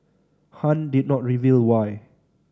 Han did not reveal why